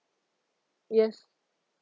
yes